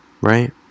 Right